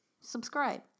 subscribe